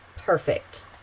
Perfect